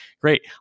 great